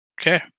Okay